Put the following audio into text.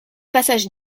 passage